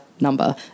number